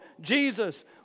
Jesus